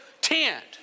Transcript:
tent